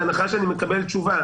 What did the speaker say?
בהנחה שאני מקבל תשובה?